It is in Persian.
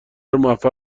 موفق